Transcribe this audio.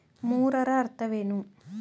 ಮೂರರ ಅರ್ಥವೇನು?